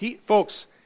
Folks